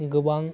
गोबां